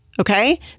Okay